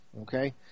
Okay